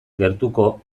gertuko